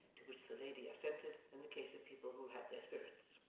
to which the lady assented in the case of people who had their spirits.